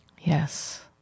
Yes